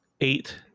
eight